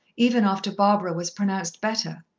even after barbara was pronounced better.